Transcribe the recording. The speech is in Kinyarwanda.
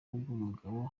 bw’umugabo